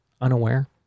unaware